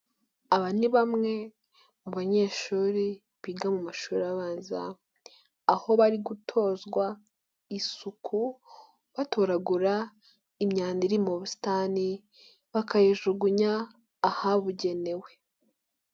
Aba ni bamwe mu banyeshuri biga mu mashuri abanza, aho bari gutozwa isuku batoragura imyanda iri mu busitani bakayijugunya ahabugenewe.